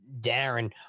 Darren